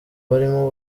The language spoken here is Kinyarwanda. barimo